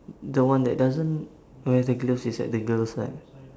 the one that doesn't wear the gloves is at the girls' side